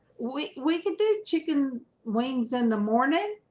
we we could do chicken wings in the morning